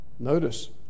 Notice